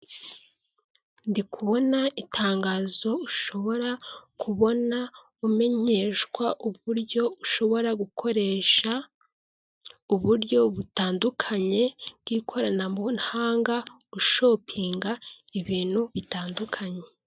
Ndikubona itangazo ushobora kubona umenyeshwa uburyo ushobora gukoresha uburyo butandukanye bw'ikoranabuhanga ushopinga ibintu bitandukanye.